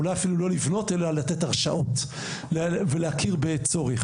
אולי אפילו לא לבנות אלא לתת הרשאות ולהכיר בצורך,